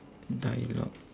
dialogue